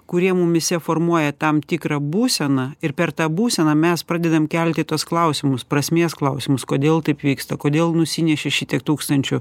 kurie mumyse formuoja tam tikrą būseną ir per tą būseną mes pradedam kelti tuos klausimus prasmės klausimus kodėl taip vyksta kodėl nusinešė šitiek tūkstančių